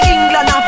England